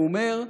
הוא אומר: